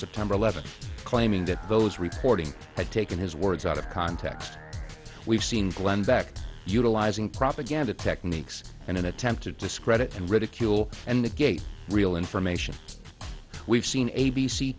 september eleventh claiming that those reporting had taken his words out of context we've seen glenn beck utilizing propaganda techniques in an attempt to discredit and ridicule and the gate real information we've seen a